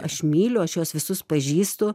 aš myliu aš juos visus pažįstu